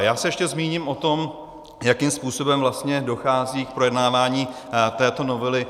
Já se ještě zmíním o tom, jakým způsobem vlastně dochází k projednávání této novely.